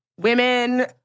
women